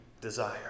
desire